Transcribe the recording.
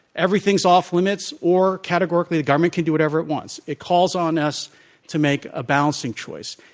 everything's off limits or categorically the government can do whatever it wants. it calls on us to make a balancing choice.